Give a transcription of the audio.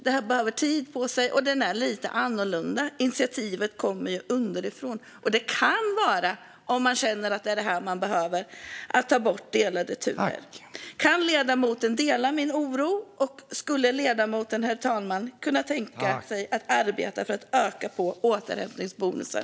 Detta behöver tid på sig, och det är lite annorlunda - initiativet kommer ju underifrån. Om man känner att det är detta man behöver kan det handla om att ta bort delade turer. Kan ledamoten dela min oro? Och skulle ledamoten kunna tänka sig att arbeta för att öka återhämtningsbonusen?